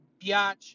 biatch